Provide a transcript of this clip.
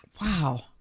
wow